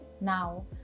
now